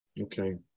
Okay